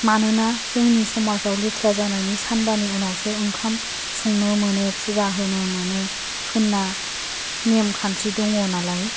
मानोना जोंनि समाजाव लेट्रा जानायनि सानबानि उनावसो ओंखाम संनो मोनो फुजा होनो मोनो होनना नेमखान्थि दङ नालाय